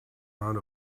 amount